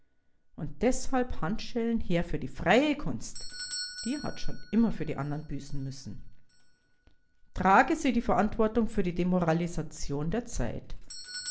und deshalb handschellen her für die freie kunst die hat schon immer für die andern büßen müssen trage sie die verantwortung für die demoralisation der zeit